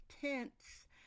tents